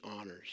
honors